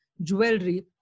jewelry